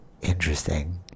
interesting